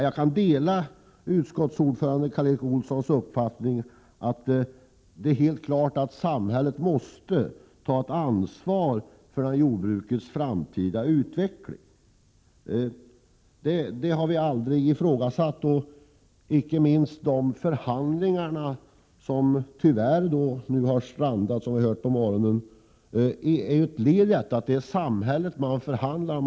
Jag kan dela utskottsordföranden Karl Erik Olssons uppfattning att samhället måste ta ett klart ansvar för jordbrukets framtida utveckling. Vi har aldrig ifrågasatt detta. Inte minst de förhandlingar som vi på morgonen hörde har strandat visar att det är samhället som deltar i förhandlingarna.